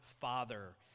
Father